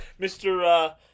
Mr